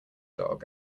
dog